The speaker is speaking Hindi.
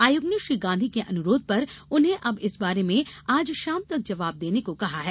आयोग ने श्री गांधी के अनुरोध पर उन्हें अब इस बारे में आज शाम तक जवाब देने को कहा है